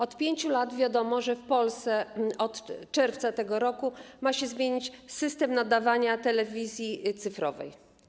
Od 5 lat wiadomo, że w Polsce od czerwca tego roku ma się zmienić system nadawania telewizji cyfrowej.